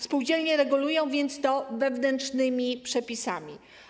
Spółdzielnie regulują więc to wewnętrznymi przepisami.